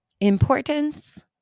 Importance